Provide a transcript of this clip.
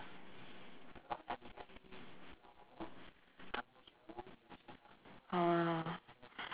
!huh!